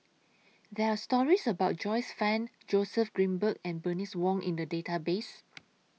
There Are stories about Joyce fan Joseph Grimberg and Bernice Wong in The Database